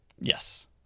yes